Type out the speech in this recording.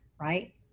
right